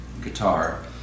guitar